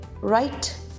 right